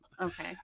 Okay